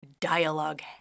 dialogue